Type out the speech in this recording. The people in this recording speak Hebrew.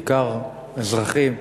בעיקר אזרחים,